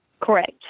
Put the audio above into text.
Correct